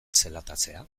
zelatatzea